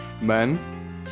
Men